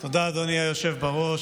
תודה, אדוני היושב-ראש.